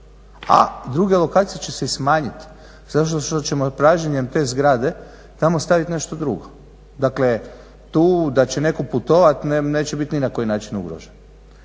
A druge lokacije će se smanjiti zato što ćemo pražnjenjem te zgrade tamo staviti nešto drugo. Dakle, tu da će netko putovati, neće biti ni na koji način ugrožen.